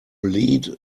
lead